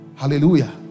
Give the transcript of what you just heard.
Hallelujah